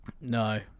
no